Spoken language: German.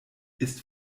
ist